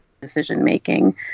decision-making